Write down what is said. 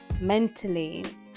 mentally